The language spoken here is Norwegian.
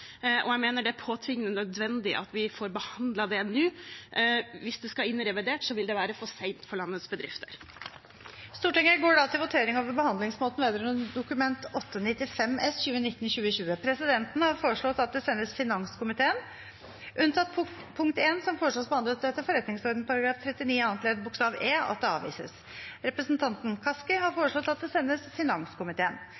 og jeg mener det er påtvingende nødvendig at vi får behandlet det nå. Hvis det skal inn i revidert, vil det være for sent for landets bedrifter. Stortinget går da til votering over behandlingsmåten vedrørende Dokument 8:95 S for 2019–2020. Presidenten har foreslått at det sendes finanskomiteen, unntatt punkt 1, som foreslås behandlet etter forretningsordenen § 39 annet ledd bokstav e, at det avvises. Representanten Kaski har